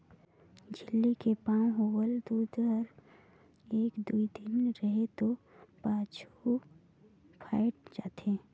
झिल्ली के पैक होवल दूद हर एक दुइ दिन रहें के पाछू फ़ायट जाथे